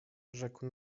rzekł